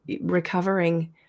recovering